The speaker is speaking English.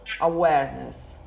awareness